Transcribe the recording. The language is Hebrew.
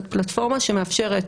זאת פלטפורמה שמאפשרת